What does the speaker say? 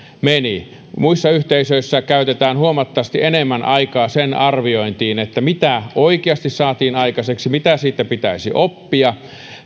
meni muissa yhteisöissä käytetään huomattavasti enemmän aikaa sen arviointiin mitä oikeasti saatiin aikaiseksi mitä siitä pitäisi oppia